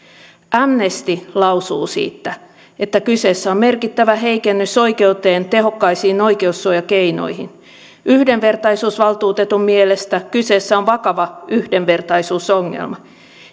amnesty lausuu siitä että kyseessä on merkittävä heikennys oikeuteen tehokkaisiin oikeussuojakeinoihin yhdenvertaisuusvaltuutetun mielestä kyseessä on vakava yhdenvertaisuusongelma